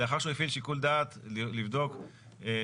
לאחר שהוא הפעיל שיקול דעת לבדוק שהבקשה